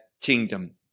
kingdom